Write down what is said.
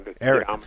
Eric